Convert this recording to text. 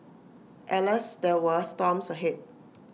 alas there were storms ahead